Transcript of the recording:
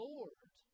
Lord